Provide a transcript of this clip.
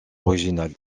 original